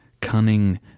Cunning